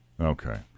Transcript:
Okay